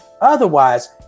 Otherwise